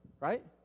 right